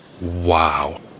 Wow